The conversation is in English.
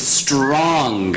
strong